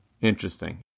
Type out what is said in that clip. Interesting